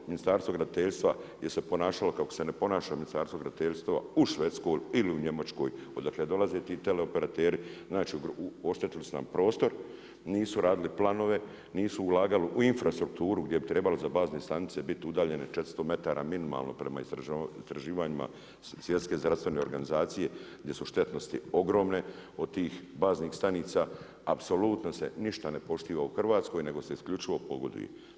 Ministarstvo graditeljstva je se ponašalo kako se ne ponaša Ministarstvo graditeljstva u Švedskoj ili u Njemačkoj odakle dolaze ti teleoperateri, znači, oštetili su nam prostor, nisu radili planove, nisu ulagali u infrastrukturu, gdje bi trebalo za bazne stanice biti udaljene 400 metara minimalno prema istraživanjima Svjetske zdravstvene organizacije, gdje su štetnosti ogromne od tih baznih stanica apsolutno se ništa ne poštiva u Hrvatskoj nego se isključivo pogoduje.